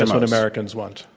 and what americans want,